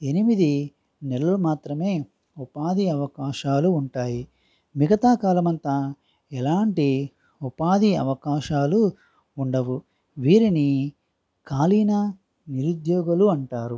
ఎనిమిది నెలలు మాత్రమే ఉపాధి అవకాశాలు ఉంటాయి మిగతా కాలమంత ఎలాంటి ఉపాధి అవకాశాలు ఉండవు వీరిని ఖాళీనా నిరుద్యోగులు అంటారు